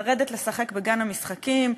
לרדת לשחק בגן המשחקים,